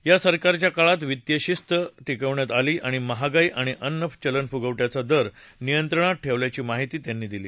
या सरकारच्या काळात वित्तीय शिस्त टिकवण्यात आली आणि महागाई आणि अन्न चलनफुगवट्याचा दर नियंत्रणात ठेवल्याची माहिती त्यांनी दिली